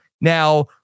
Now